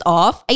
off